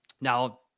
Now